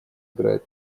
играет